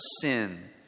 sin